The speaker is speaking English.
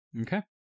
Okay